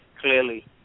clearly